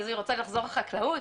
היא רוצה לחזור לחקלאות,